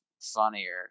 funnier